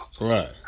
Right